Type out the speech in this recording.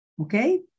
Okay